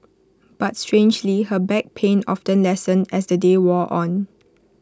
but strangely her back pain often lessened as the day wore on